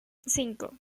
cinco